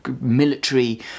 military